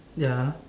ya